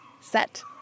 set